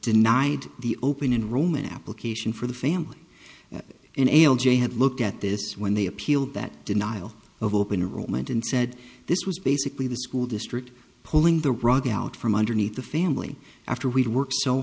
denied the open enrollment application for the family in alle j had looked at this when they appealed that denial of open enrollment and said this was basically the school district pulling the rug out from underneath the family after we'd worked so